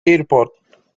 airport